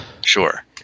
Sure